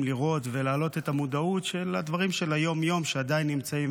לראות ולהעלות את המודעות לדברים של היום-יום שעדיין נמצאים,